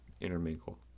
intermingle